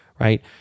right